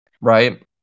Right